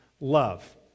love